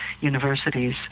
universities